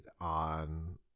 on